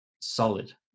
solid